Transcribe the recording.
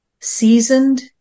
seasoned